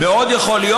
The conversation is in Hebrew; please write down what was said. מאוד יכול להיות.